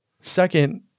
Second